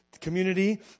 community